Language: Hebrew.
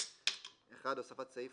הוספת סעיף